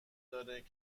دارد